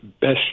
best